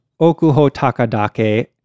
Okuhotakadake